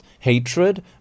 Hatred